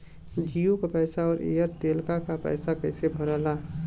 जीओ का पैसा और एयर तेलका पैसा कैसे भराला?